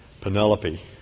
Penelope